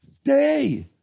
Stay